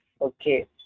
Okay